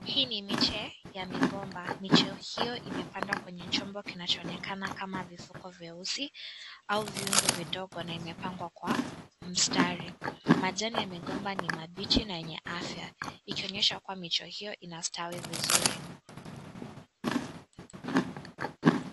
Hii ni miche wa migomba. Miche hio imepandwa kwenye chombo kinachoonekana kama vifuko vyeusi au viungo vidogo na vimepangwa kwa mistari. Majani ya migomba ni mabichi na yenye afya ikionyesha kuwa miche hio inastawi vizuri.